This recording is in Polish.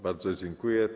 Bardzo dziękuję.